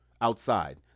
outside